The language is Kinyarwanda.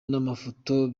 n’amafoto